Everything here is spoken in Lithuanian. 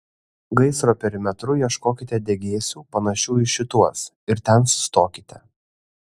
gaisro perimetru ieškokite degėsių panašių į šituos ir ten sustokite